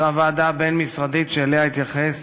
זו הוועדה הבין-משרדית שאליה התייחס